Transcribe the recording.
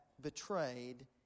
Betrayed